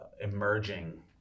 emerging